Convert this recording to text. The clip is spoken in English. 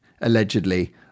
allegedly